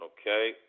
Okay